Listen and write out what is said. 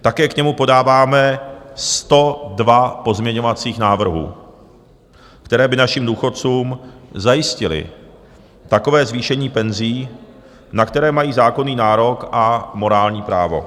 Také k němu podáváme 102 pozměňovacích návrhů, které by našim důchodcům zajistily takové zvýšení penzí, na které mají zákonný nárok a morální právo.